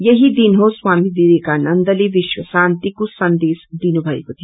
यही दिन हो स्वामी विवेकानन्द ले विश्व शान्त्किो संदेश दिनुभएको थियो